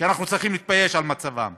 שאנחנו צריכים להתבייש במצבם.